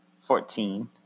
Fourteen